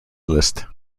list